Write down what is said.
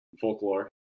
Folklore